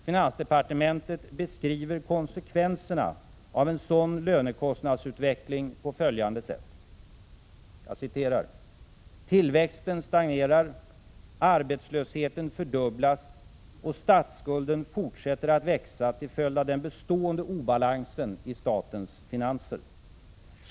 Finansdepartementet beskriver konsekvenserna av en sådan lönekostnadsutveckling på följande sätt: ”Tillväxten stagnerar, arbetslösheten fördubblas och statsskulden fortsätter att växa till följd av den bestående obalansen i statens finanser.